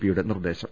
പിയുടെ നിർദേശം